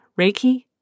Reiki